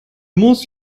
muss